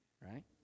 right